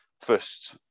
first